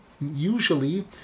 usually